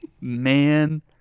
Man